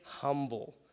humble